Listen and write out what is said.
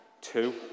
Two